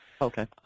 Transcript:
Okay